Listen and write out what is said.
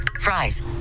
Fries